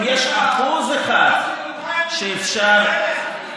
אם יש 1% שאפשר לנסות לעצור את זה,